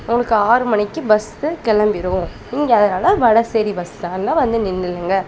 உங்களுக்கு ஆறு மணிக்கு பஸ்ஸு கிளம்பிரும் நீங்கள் அதனால் வடசேரி பஸ் ஸ்டாண்ட்ல வந்து நின்னுடுங்க